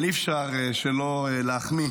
אבל אי-אפשר שלא להחמיא